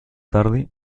tarde